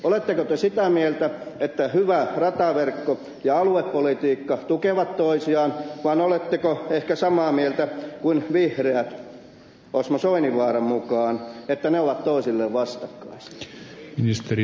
oletteko te sitä mieltä että hyvä rataverkko ja aluepolitiikka tukevat toisiaan vai oletteko ehkä samaa mieltä kuin vihreät osmo soininvaaran mukaan että ne ovat toisilleen vastakkaisia